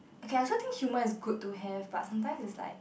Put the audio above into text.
okay I so think humour is good to have but sometimes is like